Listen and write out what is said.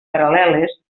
paral·leles